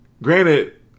Granted